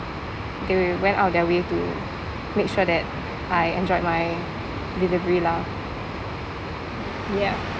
they went out of their way to make sure that I enjoyed my delivery lah yeah